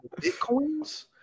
bitcoins